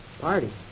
Party